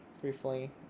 Briefly